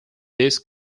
these